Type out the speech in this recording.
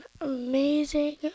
amazing